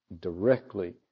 directly